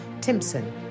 Timpson